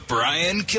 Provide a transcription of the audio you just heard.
Brian